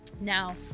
Now